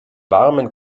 warmen